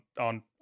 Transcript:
on